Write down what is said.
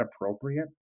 appropriate